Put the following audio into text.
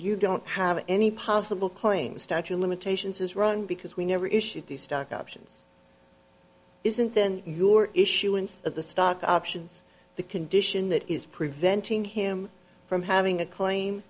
you don't have any possible claim statue of limitations has run because we never issued the stock option isn't in your issuance of the stock options the condition that is preventing him from having a cl